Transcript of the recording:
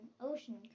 ocean